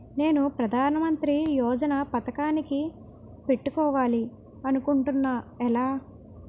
నేను ప్రధానమంత్రి యోజన పథకానికి పెట్టుకోవాలి అనుకుంటున్నా ఎలా?